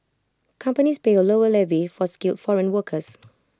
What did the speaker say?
companies pay A lower levy for skilled foreign workers